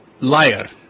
Liar